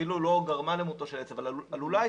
אפילו לא גרמה למותו של העץ אבל הייתה עלולה,